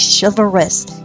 chivalrous